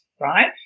right